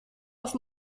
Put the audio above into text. auf